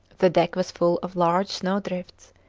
the deck was full of large snowdrifts,